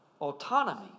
autonomy